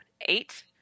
eight